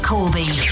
Corby